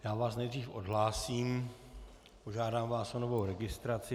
Já vás nejdříve odhlásím a požádám vás o novou registraci.